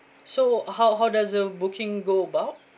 so how how does the booking go about